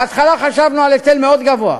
בהתחלה חשבנו על היטל מאוד גבוה,